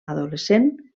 adolescent